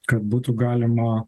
kad būtų galima